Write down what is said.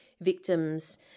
victims